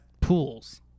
pools